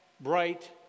bright